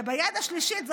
וביד השלישית,